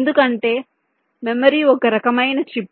ఎందుకంటే మెమరీ ఒక రకమైన చిప్